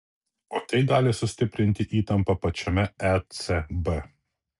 o tai gali sustiprinti įtampą pačiame ecb